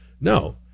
no